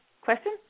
Question